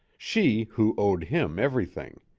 she who owed him everything.